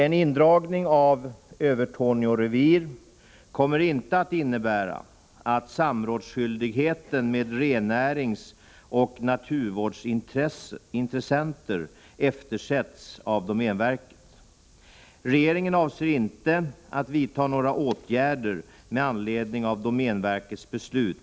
En indragning av Övertorneå revir kommer inte att innebära att samrådsskyldigheten med rennäringsoch naturvårdsintressenter eftersätts av domänverket.